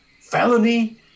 felony